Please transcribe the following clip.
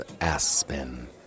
Aspen